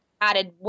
added